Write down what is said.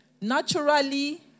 Naturally